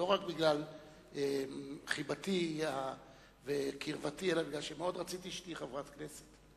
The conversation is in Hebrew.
לא רק בגלל חיבתי וקרבתי אלא מפני שמאוד רציתי שתהיי חברת כנסת.